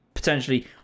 potentially